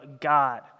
God